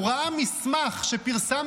אני יוצאת